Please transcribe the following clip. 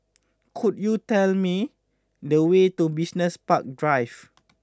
could you tell me the way to Business Park Drive